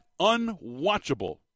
unwatchable